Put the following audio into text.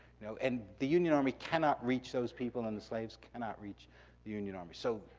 you know and the union army cannot reach those people, and the slaves cannot reach the union army. so,